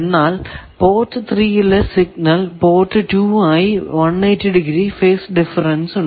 എന്നാൽ പോർട്ട് 3 ലെ signal port 2 ആയി 180 ഫേസ് ഡിഫറെൻസ് ഉണ്ട്